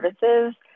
services